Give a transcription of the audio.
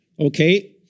Okay